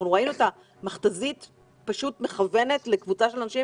אנחנו ראינו את המכת"זית פשוט מכוונת לקבוצה של אנשים.